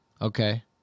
Okay